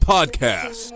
Podcast